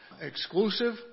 exclusive